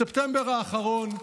בספטמבר האחרון,